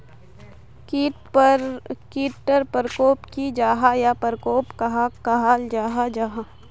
कीट टर परकोप की जाहा या परकोप कहाक कहाल जाहा जाहा?